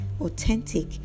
authentic